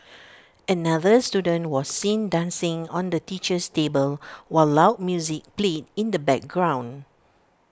another student was seen dancing on the teacher's table while loud music played in the background